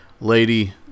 lady